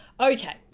Okay